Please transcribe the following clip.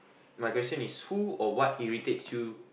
my question is who or what irritates you